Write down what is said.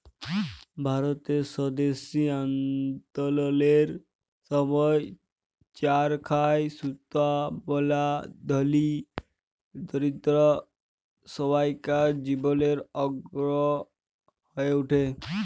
ভারতের স্বদেশী আল্দললের সময় চরখায় সুতা বলা ধলি, দরিদ্দ সব্বাইকার জীবলের অংগ হঁয়ে উঠে